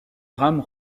rames